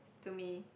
to me